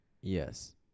Yes